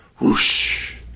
whoosh